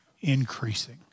increasing